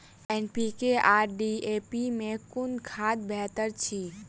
NPK आ DAP मे कुन खाद बेहतर अछि?